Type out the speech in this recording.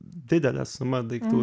didelė suma daiktų